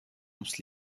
ums